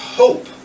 hope